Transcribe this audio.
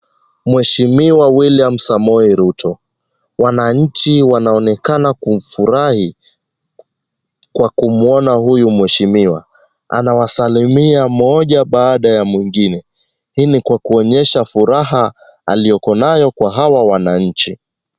Mheshimiwa William Samoei Ruto. Wananchi wanaonekana kufurahi kwa kumuona huyu mheshimiwa. Anawasalimia mmoja baada ya mwingine. Hii ni kwa kuonyesha furaha aliyokonayo kwa hawa wananchi.